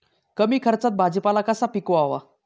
कमी खर्चात भाजीपाला कसा पिकवावा?